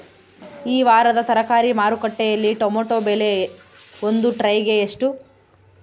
ಈ ವಾರದ ತರಕಾರಿ ಮಾರುಕಟ್ಟೆಯಲ್ಲಿ ಟೊಮೆಟೊ ಬೆಲೆ ಒಂದು ಟ್ರೈ ಗೆ ಎಷ್ಟು?